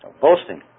Boasting